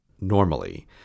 normally